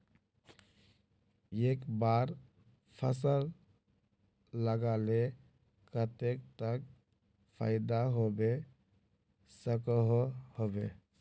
एक बार फसल लगाले कतेक तक फायदा होबे सकोहो होबे?